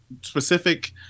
specific